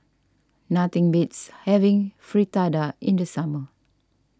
nothing beats having Fritada in the summer